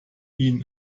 ihnen